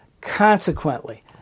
Consequently